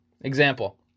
Example